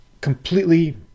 completely